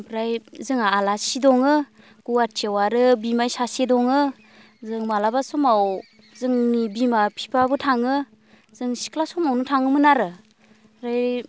ओमफ्राय जोंहा आलासि दङ गुवाहाटिआव आरो बिमाय सासे दङ जों माब्लाबा समाव जोंनि बिमा बिफाबो थाङो जों सिख्ला समावनो थाङोमोन आरो ओमफ्राय